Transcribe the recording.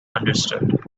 understood